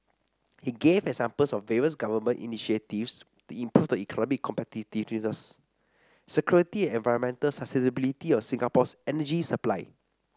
he gave examples of various government initiatives to improve the economic competitiveness security and environmental sustainability of Singapore's energy supply